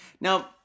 now